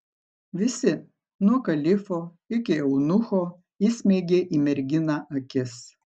visi nuo kalifo iki eunucho įsmeigė į merginą akis